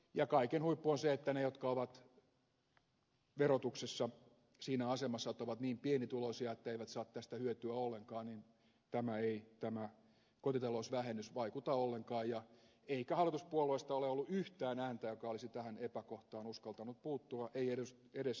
ja kaiken huippu on se että niihin jotka ovat verotuksessa siinä asemassa että ovat niin pienituloisia että eivät saa tästä hyötyä ollenkaan tämä kotitalousvähennys ei vaikuta ollenkaan eikä hallituspuolueista ole ollut yhtään ääntä joka olisi tähän epäkohtaan uskaltanut puuttua ei edes ed